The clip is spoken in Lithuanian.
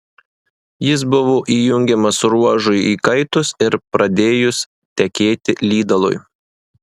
jis buvo įjungiamas ruožui įkaitus ir pradėjus tekėti lydalui